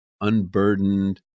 unburdened